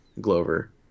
Glover